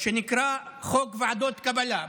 חוק שנקרא חוק ועדות קבלה.